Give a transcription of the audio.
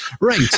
Right